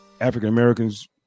african-americans